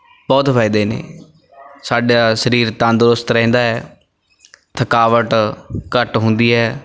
ਬਹੁਤ ਫਾਇਦੇ ਨੇ ਸਾਡਾ ਸਰੀਰ ਤੰਦਰੁਸਤ ਰਹਿੰਦਾ ਹੈ ਥਕਾਵਟ ਘੱਟ ਹੁੰਦੀ ਹੈ